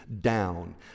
down